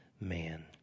Man